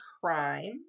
crime